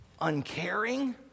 uncaring